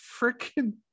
freaking